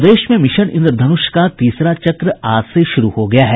प्रदेश में मिशन इंद्रधनुष का तीसरा चक्र आज से शुरू हो गया है